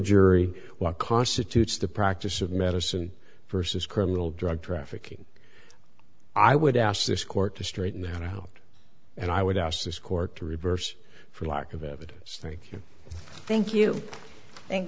jury what constitutes the practice of medicine vs criminal drug trafficking i would ask this court to straighten that out and i would ask this court to reverse for lack of evidence thank you thank you thank